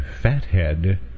Fathead